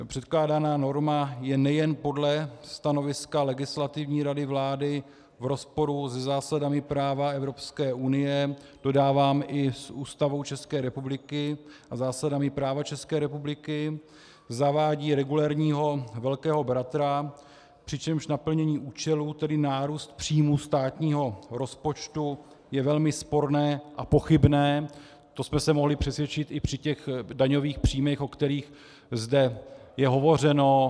Předkládaná norma je nejen podle stanoviska Legislativní rady vlády v rozporu se zásadami práva Evropské unie, dodávám i s Ústavou České republiky a zásadami práva České republiky, zavádí regulérního velkého bratra, přičemž naplnění účelu, tedy nárůst příjmů státního rozpočtu, je velmi sporné a pochybné to jsme se mohli přesvědčit i při těch daňových příjmech, o kterých zde je hovořeno.